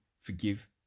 forgive